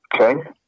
Okay